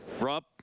rob